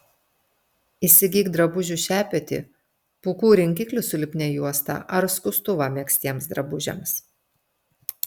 įsigyk drabužių šepetį pūkų rinkiklį su lipnia juosta ar skustuvą megztiems drabužiams